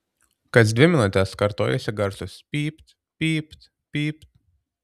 kas dvi minutes kartojosi garsūs pypt pypt pypt